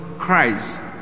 Christ